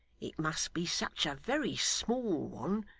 it must be such a very small one,